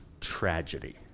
tragedy